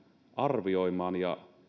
arvioimaan ja